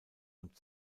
und